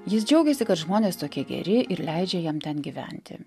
jis džiaugėsi kad žmonės tokie geri ir leidžia jam ten gyventi